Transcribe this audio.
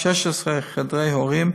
16 חדרי הורים,